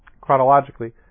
chronologically